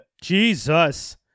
Jesus